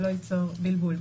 שזה לא ייצור בלבול.